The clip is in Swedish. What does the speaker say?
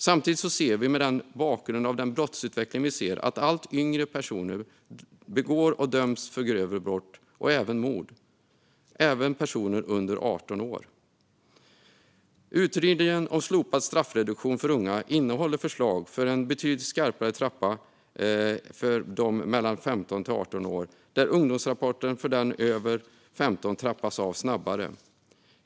Samtidigt ser vi mot bakgrund av den brottsutveckling som sker att allt yngre personer, också personer under 18 år, begår och döms för grövre brott, även mord. Utredningen om slopad straffreduktion för unga innehåller förslag om en betydligt skarpare trappa för dem mellan 15 och 18 år, så att ungdomsrabatten för dem över 15 trappas av snabbare.